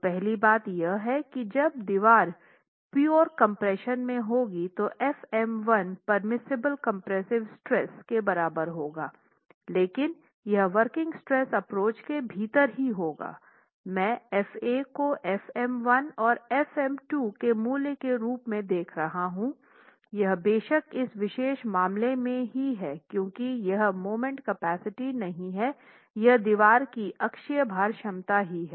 तो पहली बात यह है कि जब दीवार पियोर कम्प्रेशन में होगी तो f m1 permissible compressive strength के बराबर होगा लेकिन यह वर्किंग स्ट्रेस एप्रोच के भीतर ही होगा मैं Fa को fm1 और fm2 के मूल्य के रूप में देख रहा हूँ यह बेशक इस विशेष मामले में ही है क्योंकि यहाँ मोमेंट कैपेसिटी नहीं है यह दीवार की अक्षीय भार क्षमता ही है